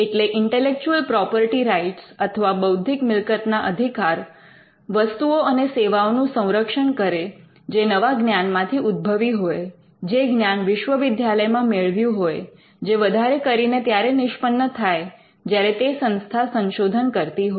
એટલે intellectual property rights અથવા બૌદ્ધિક મિલકતના અધિકાર વસ્તુઓ અને સેવાઓનું સંરક્ષણન કરે જે નવા જ્ઞાનમાંથી ઉદ્ભવી હોય જે જ્ઞાન વિશ્વવિદ્યાલયમાં મેળવ્યું હોય જે વધારે કરીને ત્યારે નિષ્પન્ન થાય જ્યારે તે સંસ્થા સંશોધન કરતી હોય